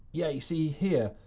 yeah, you see here.